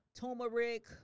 turmeric